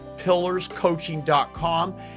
pillarscoaching.com